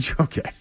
Okay